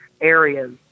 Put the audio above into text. areas